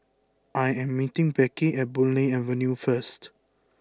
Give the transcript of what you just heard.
I am meeting Becky at Boon Lay Avenue first